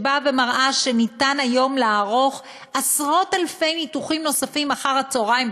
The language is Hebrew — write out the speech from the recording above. שבאה ומראה שניתן היום לערוך עשרות-אלפי ניתוחים נוספים אחר הצהריים,